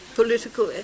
political